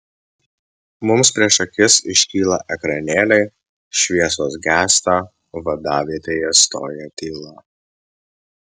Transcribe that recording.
mums prieš akis iškyla ekranėliai šviesos gęsta vadavietėje stoja tyla